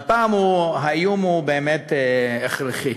והפעם האיום הוא באמת הכרחי,